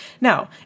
Now